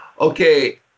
Okay